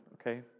okay